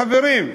חברים,